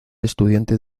estudiante